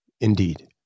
Indeed